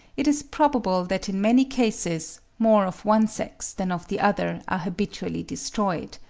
it is probable that in many cases, more of one sex than of the other are habitually destroyed.